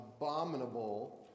abominable